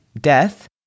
death